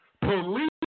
Police